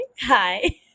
hi